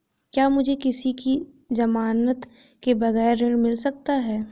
क्या मुझे किसी की ज़मानत के बगैर ऋण मिल सकता है?